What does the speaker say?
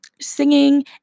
singing